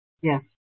Yes